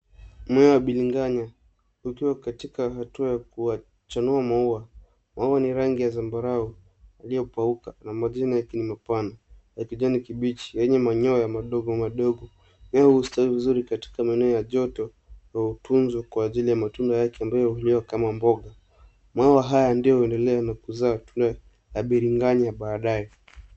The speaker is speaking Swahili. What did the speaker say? Mmea wa biringanya ukiwa katika hatua ya kuchanua maua. Maua ni rangi ya zambarau yaliyokauka na majani yake ni mapana ya kijani kibichi yenye manyoya madogo madogo. Mmea hustawi vizuri katika maeneo ya joto na hutunzwa kwa ajili ya matunda yake ambayo huliwa kama mboga. Maua haya ndio huendelea na kuzaa tunda ya biringanya baadaye.